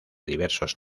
diversos